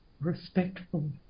respectful